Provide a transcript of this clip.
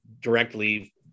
directly